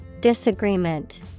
Disagreement